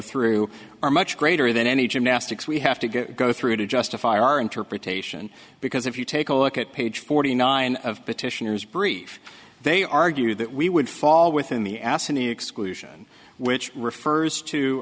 through are much greater than any gymnastics we have to go through to justify our interpretation because if you take a look at page forty nine of petitioners brief they argue that we would fall within the ass and the exclusion which refers to